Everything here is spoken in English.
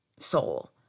Soul